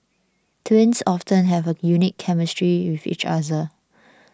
twins often have a unique chemistry with each other